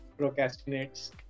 procrastinates